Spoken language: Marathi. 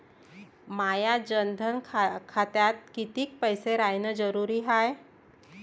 माया जनधन खात्यात कितीक पैसे रायन जरुरी हाय?